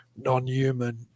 non-human